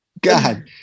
God